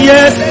Yes